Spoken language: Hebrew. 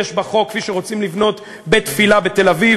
יש בה חוק: כשרוצים לבנות בית-תפילה בתל-אביב